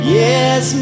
yes